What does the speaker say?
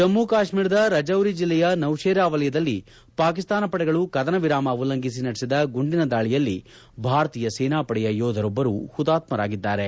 ಜಮ್ಮ ಕಾಶ್ವೀರದ ರಜೌರಿ ಜಿಲ್ಲೆಯ ನೌಶೆರಾ ವಲಯದಲ್ಲಿ ಪಾಕಿಸ್ತಾನ ಪಡೆಗಳು ಕದನ ವಿರಾಮ ಉಲ್ಲಂಘಿಸಿ ನಡೆಸಿದ ಗುಂಡಿನ ದಾಳಿಯಲ್ಲಿ ಭಾರತೀಯ ಸೇನಾ ಪಡೆಯ ಯೋಧರೊಬ್ಬರು ಹುತಾತ್ಕರಾಗಿದ್ದಾರೆ